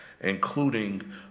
including